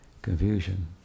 Confusion